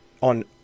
on